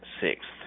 sixth